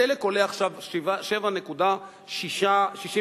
הדלק עולה עכשיו 7.67 שקלים,